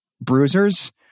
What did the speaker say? bruisers